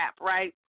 right